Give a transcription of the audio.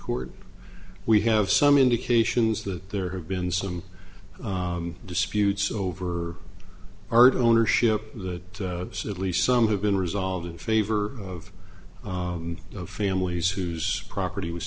court we have some indications that there have been some disputes over art ownership that at least some have been resolved in favor of the families whose property was